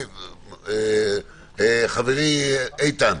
חברי איתן,